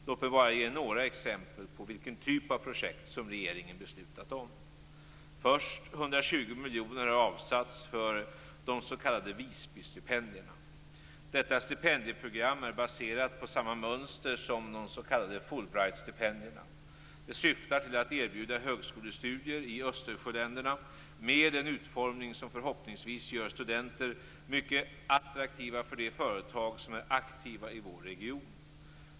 Låt mig ge några exempel på vilken typ av projekt som regeringen beslutat om. Först: 120 miljoner kronor har avsatts för de s.k. Visbystipendierna. Detta stipendieprogram är baserat på samma mönster som de s.k. Fulbrightstipendierna. Det syftar till att erbjuda högskolestudier i Östersjöländerna med en utformning som förhoppningsvis gör studenter mycket attraktiva för de företag som är aktiva i vår region.